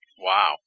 Wow